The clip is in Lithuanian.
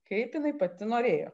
kaip jinai pati norėjo